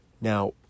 Now